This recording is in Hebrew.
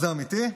זה אמיתי?